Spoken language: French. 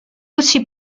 aussi